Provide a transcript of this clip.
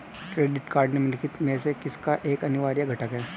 Credit card निम्नलिखित में से किसका एक अनिवार्य घटक है?